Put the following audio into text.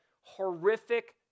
horrific